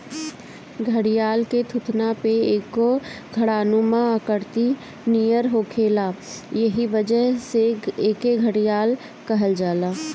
घड़ियाल के थुथुना पे एगो घड़ानुमा आकृति नियर होखेला एही वजह से एके घड़ियाल कहल जाला